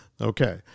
Okay